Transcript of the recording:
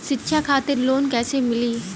शिक्षा खातिर लोन कैसे मिली?